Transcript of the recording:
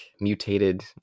mutated